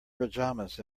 pajamas